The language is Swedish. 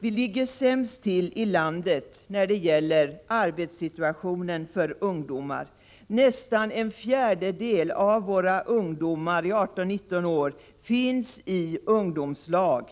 Vi ligger sämst till i landet när det gäller arbetssituationen för ungdomar. Nästan en fjärdedel av våra ungdomar i åldern 18-19 år är sysselsatta i ungdomslag.